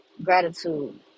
Gratitude